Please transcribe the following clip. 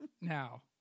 Now